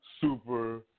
Super